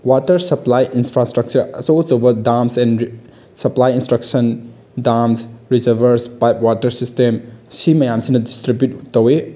water supply infrastructure ꯑꯆꯧ ꯑꯆꯧꯕ dams and supply instruction dams reservoirs pipe water system ꯁꯤ ꯃꯌꯥꯝꯁꯤꯅ ꯗꯤꯁꯇ꯭ꯔꯤꯕꯤꯌꯨꯠ ꯇꯧꯏ